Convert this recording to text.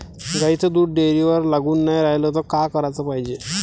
गाईचं दूध डेअरीवर लागून नाई रायलं त का कराच पायजे?